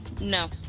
No